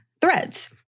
threads